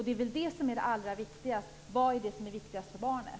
Det är det som är det allra viktigaste. Vad är viktigast för barnet?